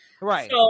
Right